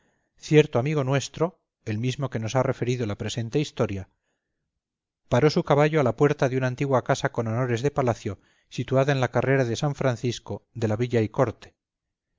acabamos de reseñar cierto amigo nuestro el mismo que nos ha referido la presente historia paró su caballo a la puerta de una antigua casa con honores de palacio situada en la carrera de san francisco de la villa y corte